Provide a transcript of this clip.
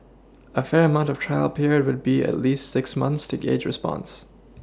a fair amount of trial period would be at least six months to gauge response